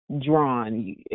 drawn